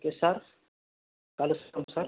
okay sir కలుస్తాం sir